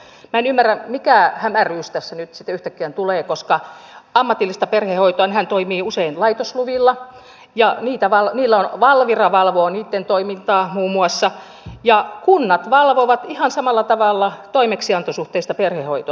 minä en ymmärrä mikä hämäryys tässä nyt sitten yhtäkkiä tulee koska ammatillinen perhehoitaja toimii usein laitosluvilla ja valvira valvoo niitten toimintaa muun muassa ja kunnat valvovat ihan samalla tavalla toimeksiantosuhteista perhehoitoa